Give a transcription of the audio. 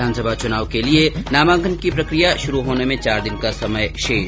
विधानसभा चुनाव के लिए नामांकन की प्रक्रिया शुरू होने में चार दिन का समय शेष